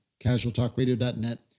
casualtalkradio.net